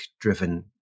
driven